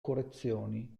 correzioni